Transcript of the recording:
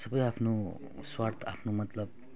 सबै आफ्नो स्वार्थ आफ्नो मतलब